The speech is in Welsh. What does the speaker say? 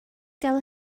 gael